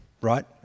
right